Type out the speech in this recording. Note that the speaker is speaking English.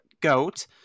goat